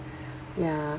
ya